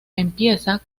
empieza